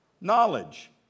Knowledge